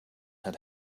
had